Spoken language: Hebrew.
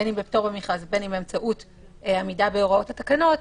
בין אם בפטור ממכרז ובין אם באמצעות עמידה בהוראות התקנות,